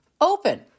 open